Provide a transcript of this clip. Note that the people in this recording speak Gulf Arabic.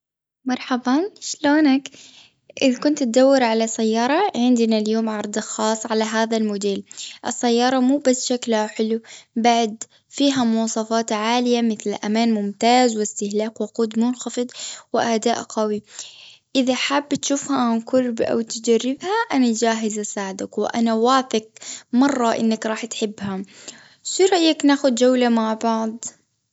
مرحبا شلونك? إذا كنت تدور على سيارة عندنا اليوم عرض خاص على هذا الموديل. السيارة مو بس شكلها حلو بعد فيها مواصفات عالية مثل أمان ممتاز وإستهلاك وقود منخفض وأداء قوي. إذا حاب تشوفها عن قرب أو تجربها أنا جاهز اساعدك وانا واثق مرة انك راح تحبها. شو رأيك ناخذ جولة مع بعض؟